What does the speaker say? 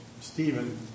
Stephen